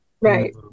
Right